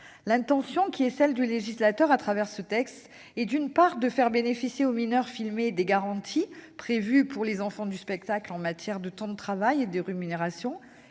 L'intention du législateur, au travers de ce texte, est, d'une part, de faire bénéficier les mineurs filmés des garanties prévues pour les enfants du spectacle en matière de temps de travail et de rémunération,